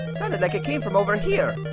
sounded like it came from over here.